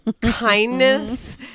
Kindness